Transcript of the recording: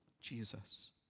Jesus